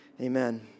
amen